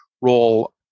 role